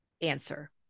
answer